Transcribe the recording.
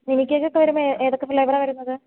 mini കേക്കൊക്കെ വരുമ്പോള് ഏതൊക്കെ ഫ്ലേവറാണ് വരുന്നത്